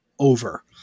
over